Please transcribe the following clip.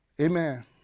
Amen